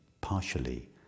partially